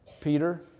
Peter